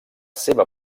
seva